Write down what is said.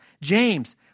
James